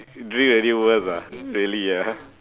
drink anywhere ah really ah